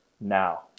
now